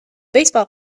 baseball